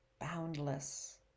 boundless